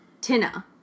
Tina